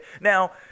Now